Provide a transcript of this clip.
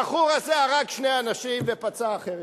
הבחור הזה הרג שני אנשים ופצע אחרים.